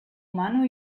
mano